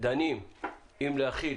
דנים אם להחיל